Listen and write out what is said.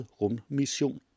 rummission